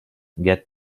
get